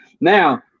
Now –